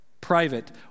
Private